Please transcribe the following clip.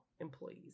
employees